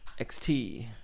XT